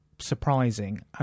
surprising